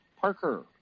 Parker